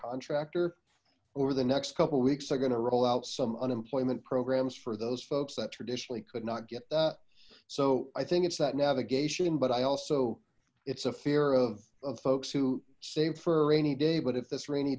contractor over the next couple weeks they're going to roll out some unemployment programs for those folks that traditionally could not get that so i think it's that navigation but i also it's a fear of folks who saved for a rainy day but if this rainy